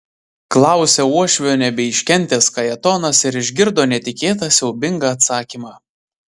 klausia uošvio nebeiškentęs kajetonas ir išgirdo netikėtą siaubingą atsakymą